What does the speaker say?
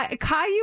Caillou